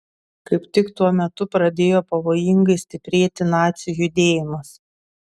kaip tik tuo metu pradėjo pavojingai stiprėti nacių judėjimas